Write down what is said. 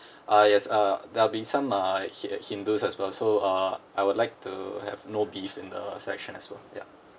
ah yes uh there'll be some uh hin~ uh hindus as well so uh I would like to have no beef in the selection as well ya